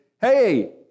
hey